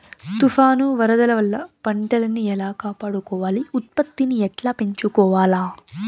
తుఫాను, వరదల వల్ల పంటలని ఎలా కాపాడుకోవాలి, ఉత్పత్తిని ఎట్లా పెంచుకోవాల?